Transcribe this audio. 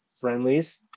friendlies